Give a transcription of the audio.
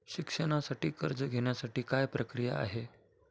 शिक्षणासाठी कर्ज घेण्याची काय प्रक्रिया आहे?